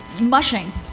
mushing